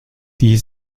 die